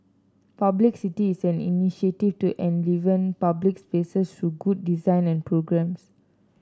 publicity is an initiative to enliven public spaces through good design and programmes